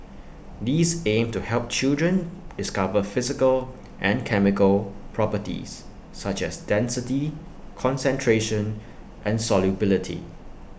these aim to help children discover physical and chemical properties such as density concentration and solubility